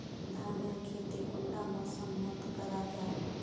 धानेर खेती कुंडा मौसम मोत करा जा?